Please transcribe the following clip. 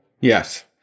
Yes